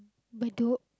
Bedok